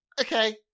okay